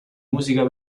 musica